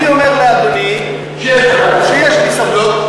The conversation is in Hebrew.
אני אומר לאדוני שיש לי סמכות.